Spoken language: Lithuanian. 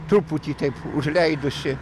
truputį taip užleidusi